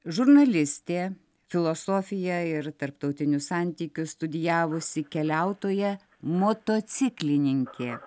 žurnalistė filosofiją ir tarptautinius santykius studijavusi keliautoja motociklininkė